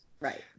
Right